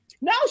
No